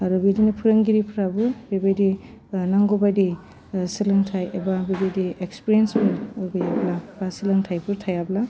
आरो बिदिनो फोरोंगिरिफ्राबो बेबायदि नांगौ बायदि सोलोंथाइ एबा बेबायदि एक्सफिरियेन्सफोर गैयाब्ला बा सोलोंथाइफोर थायाब्ला